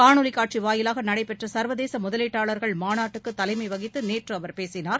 காணொலி காட்சி வாயிலாக நடைபெற்ற சர்வதேச முதலீட்டாளர்கள் மாநாட்டுக்குத் தலைமை வகித்து நேற்று அவர் பேசினார்